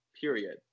period